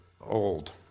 old